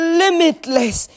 limitless